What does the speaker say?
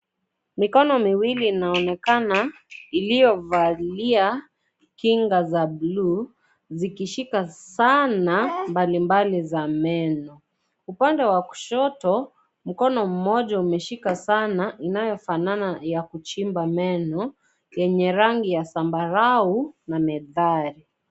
Mikono miwili inaonekana iliyovalia kinga za blu zikishika sana mbalimbali za meno. Upande wa kushoto mkono mmoja umeshika sana inayofanana ya kuchimba meno yenye rangi ya zambarau na medali.